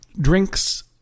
drinks